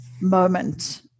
moment